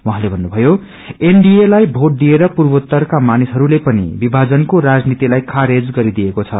उझँले भन्नुभयो एनडीए लाई भोट दिएर पूर्वोतरका मानिसहरूले पनि विभाजनको राजनीतिलाई खारेज गरिदिएको छ